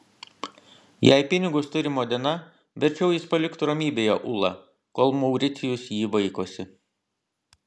jei pinigus turi modena verčiau jis paliktų ramybėje ulą kol mauricijus jį vaikosi